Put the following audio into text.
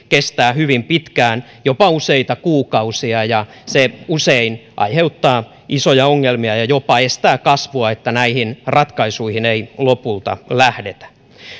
kestää hyvin pitkään jopa useita kuukausia ja se usein aiheuttaa isoja ongelmia ja jopa estää kasvua että näihin ratkaisuihin ei lopulta lähdetä